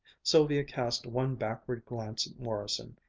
sylvia cast one backward glance at morrison,